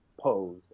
pose